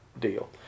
deal